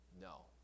no